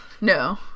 No